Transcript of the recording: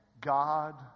God